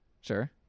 Sure